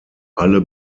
alle